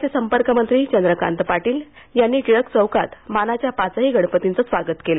पुण्याचे संपर्कमंत्री चंद्रकांत पाटील यांनी टिळक चौकात मानाच्या पाचही गणपतींचं स्वागत केलं